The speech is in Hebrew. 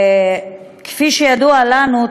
כפי שידוע לנו,